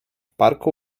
parku